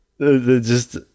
just-